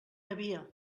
havia